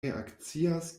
reakcias